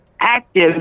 active